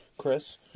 Chris